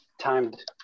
timed